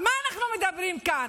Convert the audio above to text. על מה אנחנו מדברים כאן?